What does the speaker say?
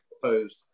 proposed